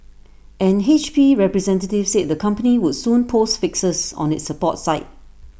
an H P representative said the company would soon post fixes on its support site